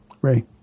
Ray